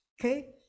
Okay